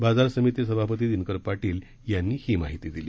बाजार समिती सभापती दिनकर पाटील यांनी ही माहिती दिली